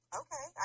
okay